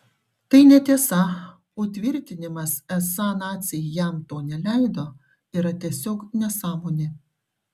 tai netiesa o tvirtinimas esą naciai jam to neleido yra tiesiog nesąmonė